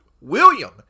William